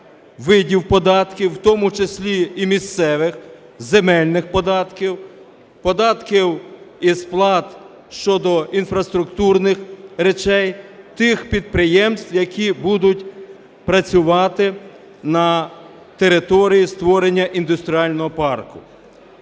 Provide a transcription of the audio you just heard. видів податків, в тому числі і місцевих, земельних податків, податків і сплат щодо інфраструктурних речей тих підприємств, які будуть працювати на території створення індустріального парку.